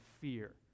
fear